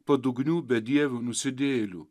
padugnių bedievių nusidėjėlių